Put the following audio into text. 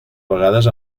vegades